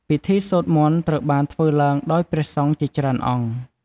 ពិធីសូត្រមន្តត្រូវបានធ្វើឡើងដោយព្រះសង្ឃជាច្រើនអង្គ។